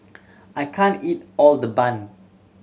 I can't eat all the bun